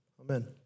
Amen